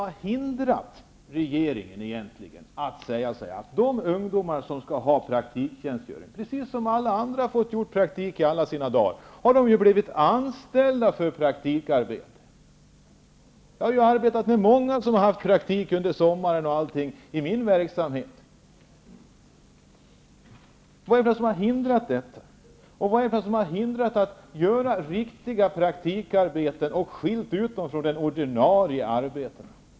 Vad hindrar egentligen regeringen från att säga att de ungdomar som behöver praktiktjänstgöring -- precis som alla andra i sina dagar har fått -- får anställning. Jag har i min verksamhet arbetat med många ungdomar som har haft praktiktjäntgöring under sommaren. Vad är det som hindrar detta? Vad är det hindrar att man skapar riktiga praktikarbetsplatser och skiljer ut dessa från ordinarie arbetsplatser?